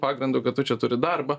pagrindu kad tu čia turi darbą